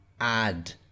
add